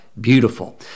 beautiful